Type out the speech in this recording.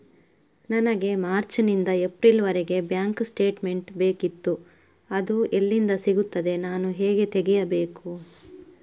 ನನಗೆ ಮಾರ್ಚ್ ನಿಂದ ಏಪ್ರಿಲ್ ವರೆಗೆ ಬ್ಯಾಂಕ್ ಸ್ಟೇಟ್ಮೆಂಟ್ ಬೇಕಿತ್ತು ಅದು ಎಲ್ಲಿಂದ ಸಿಗುತ್ತದೆ ನಾನು ಹೇಗೆ ತೆಗೆಯಬೇಕು?